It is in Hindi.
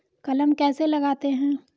कलम कैसे लगाते हैं?